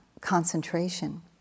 concentration